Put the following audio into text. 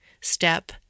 Step